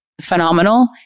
phenomenal